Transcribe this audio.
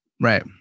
Right